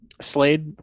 Slade